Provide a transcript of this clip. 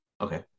Okay